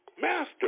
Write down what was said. Master